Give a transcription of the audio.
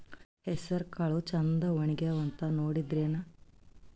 ಹೆಸರಕಾಳು ಛಂದ ಒಣಗ್ಯಾವಂತ ನೋಡಿದ್ರೆನ?